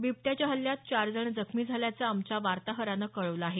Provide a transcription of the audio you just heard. बिबट्याच्या हल्ल्यात चार जण जखमी झाल्याचं आमच्या वार्ताहरानं कळवलं आहे